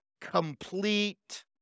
complete